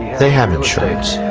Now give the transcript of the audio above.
they have insurance.